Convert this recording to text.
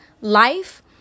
life